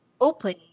open